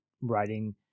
writing